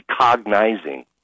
recognizing